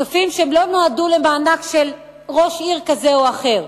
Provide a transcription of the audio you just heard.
כספים שלא נועדו למענק של ראש עיר כזה או אחר,